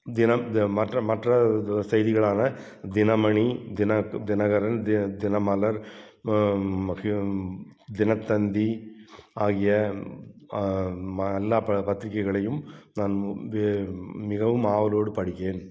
தினம் மற்ற மற்ற செய்திகளான தினமணி தின தினகரன் தி தினமலர் தினத்தந்தி ஆகிய எல்லா ப பத்திரிகைகளையும் நான் மிகவும் ஆவலோடு படிக்கிறேன்